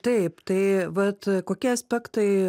taip tai vat kokie aspektai